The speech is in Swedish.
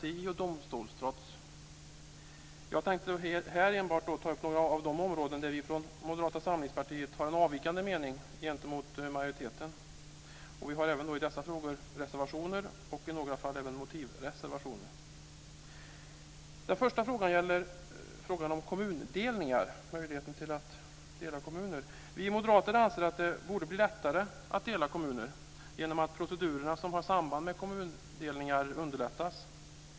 I Jag tänker här enbart ta upp några av de områden där vi från Moderata samlingspartiet har en avvikande mening gentemot majoriteten. Vi har även i dessa frågor reservationer och i några fall även motivreservationer. Den första frågan gäller kommundelningar. Vi moderater anser att det borde bli lättare att dela kommuner genom att procedurerna som har samband med kommundelningar underlättas.